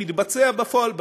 מתבצע בפועל בשטח.